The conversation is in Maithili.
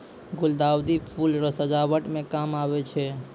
गुलदाउदी फूल रो सजावट मे काम आबै छै